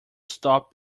stop